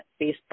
Facebook